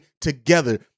together